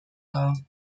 dar